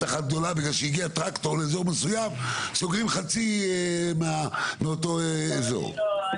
אחת גדולה הגיע טרקטור לאזור מסוים אז סוגרים חצי מאותו אזור.